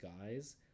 guys